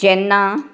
जेन्ना